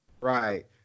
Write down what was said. Right